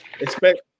expect